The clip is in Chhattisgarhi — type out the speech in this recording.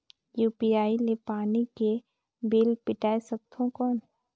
यू.पी.आई ले पानी के बिल पटाय सकबो कौन?